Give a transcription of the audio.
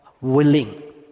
willing